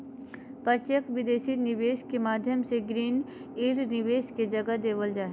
प्रत्यक्ष विदेशी निवेश के माध्यम से ग्रीन फील्ड निवेश के जगह देवल जा हय